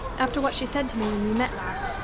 after what she said to me when we met last,